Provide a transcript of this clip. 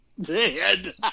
Dead